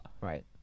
right